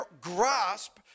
grasp